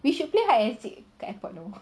we should play hide and seek at the airport you know